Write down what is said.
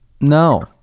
No